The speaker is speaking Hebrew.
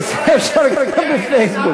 תכתוב לשר האוצר בפייסבוק.